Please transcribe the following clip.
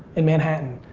and manhattan,